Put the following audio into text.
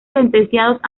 sentenciados